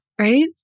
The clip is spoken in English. right